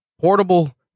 portable